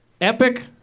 epic